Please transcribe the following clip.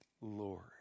Lord